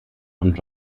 und